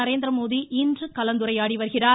நரேந்திரமோடி கலந்துரையாடி வருகிறார்